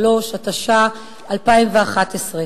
63), התשע"א 2011,